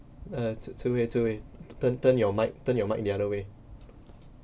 uh Tze-Wei Tze-Wei turn turn your mic turn your mic the other way